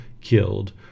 killed